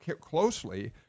closely